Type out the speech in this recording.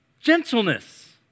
Gentleness